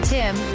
Tim